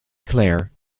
claire